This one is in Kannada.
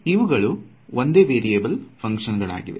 ಇವುಗಳು ಒಂದೇ ವೇರಿಯೆಬಲ್ ಫುನಕ್ಷನ್ಗಳಾಗಿವೆ